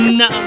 no